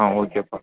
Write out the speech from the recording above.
ஆ ஓகேப்பா